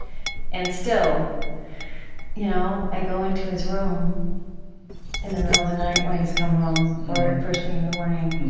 and still you know i go into his room in the middle of the night when he's come home or first thing in the morning,